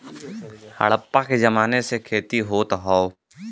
हड़प्पा के जमाने से खेती होत हौ